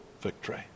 victory